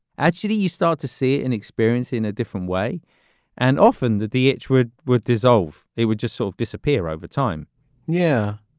actually, you start to see an experience in a different way and often that the h word would dissolve. it would just sort of disappear over time yeah,